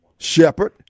shepherd